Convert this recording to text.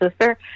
sister